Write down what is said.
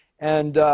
and,